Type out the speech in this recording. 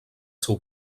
seu